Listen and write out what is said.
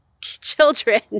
children